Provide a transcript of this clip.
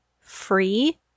free